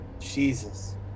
Jesus